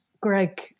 Greg